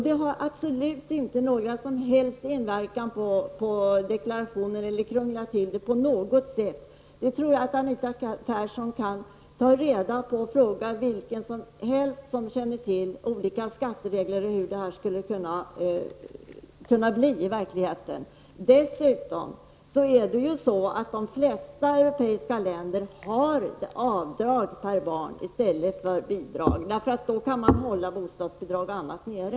Det har absolut inte någon som helst inverkan på deklarationen och krånglar inte till det på något sätt. Jag tror att Anita Persson skulle kunna fråga vem som helst som är insatt i skattereglerna och få besked om hur vårt förslag skulle kunna utfalla i verkligheten. Dessutom har de flesta europeiska länder ett avdrag per barn i stället för bidrag — därigenom kan man hålla bl.a. bostadsbidragen nere.